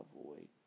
avoid